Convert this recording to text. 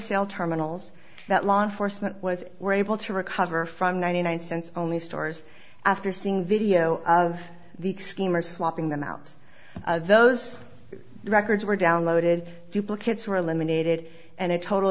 sale terminals that law enforcement was were able to recover from ninety nine cents only stores after seeing video of the scheme or swapping them out those records were downloaded duplicates were eliminated and a total